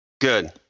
Good